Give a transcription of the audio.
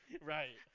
right